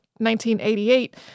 1988